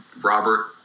Robert